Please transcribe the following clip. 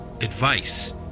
advice